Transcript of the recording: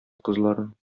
кызларын